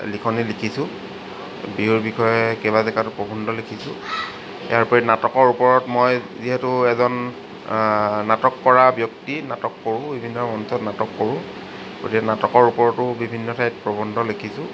লিখনি লিখিছোঁ বিহুৰ বিষয়ে কেইবাজেগাতো প্ৰবন্ধ লিখিছোঁ ইয়াৰ উপৰি নাটকত মই যিহেতু এজন নাটক কৰা ব্যক্তি নাটক কৰোঁ বিভিন্ন মঞ্চত নাটক কৰোঁ গতিকে নাটকৰ ওপৰতো বিভিন্ন ঠাইত প্ৰবন্ধ লিখিছোঁ